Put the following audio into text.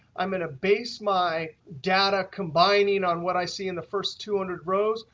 i'm going to base my data combining on what i see in the first two hundred rows.